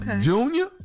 junior